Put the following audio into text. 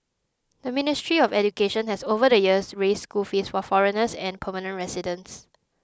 the ministry of education has over the years raised school fees for foreigners and permanent residents